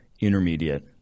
intermediate